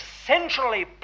essentially